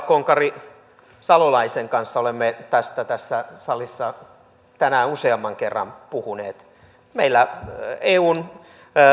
konkari salolaisen kanssa olemme tästä tässä salissa tänään useamman kerran puhuneet meillä eun